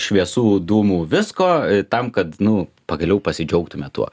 šviesų dūmų visko tam kad nu pagaliau pasidžiaugtume tuo